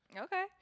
Okay